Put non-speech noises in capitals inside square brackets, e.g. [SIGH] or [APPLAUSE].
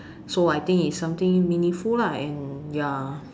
so I think it's something meaningful lah and ya [NOISE]